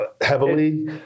heavily